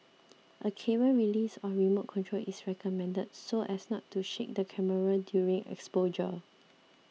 a cable release or remote control is recommended so as not to shake the camera during exposure